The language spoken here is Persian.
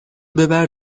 ببر